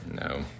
No